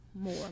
more